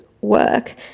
work